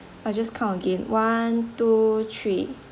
I'll just count again one two three